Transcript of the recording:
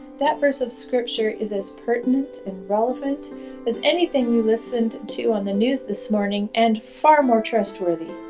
that verse of scripture is as pertinent and relevant as anything you listened to on the news this morning! and far more trustworthy!